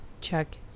check